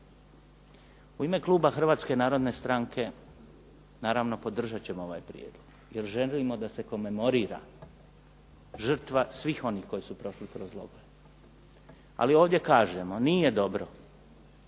U ime Kluba Hrvatske narodne stranke naravno podržat ćemo ovaj prijedlog, jer želimo da se komemorira žrtva svih onih koji su prošli kroz logore, ali ovdje kažemo nije dobro